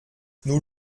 nous